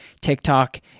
TikTok